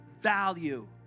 value